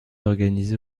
organisé